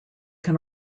can